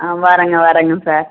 ஆ வரேங்க வரேங்க சார்